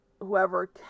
whoever